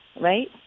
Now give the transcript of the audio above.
right